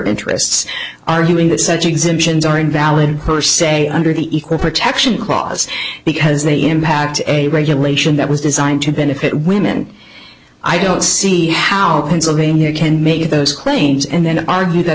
interests arguing that such exemptions are invalid per se under the equal protection clause because they impact a regulation that was designed to benefit women i don't see how pennsylvania can make those claims and then argue that